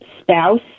spouse